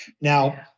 Now